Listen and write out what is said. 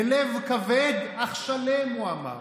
בלב כבד אך שלם, הוא אמר.